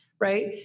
right